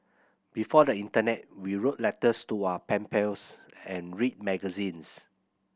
before the internet we wrote letters to our pen pals and read magazines